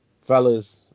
fellas